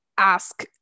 ask